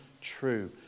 true